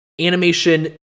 animation